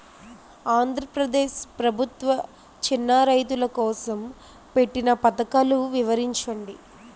ఆంధ్రప్రదేశ్ ప్రభుత్వ చిన్నా రైతుల కోసం పెట్టిన పథకాలు వివరించండి?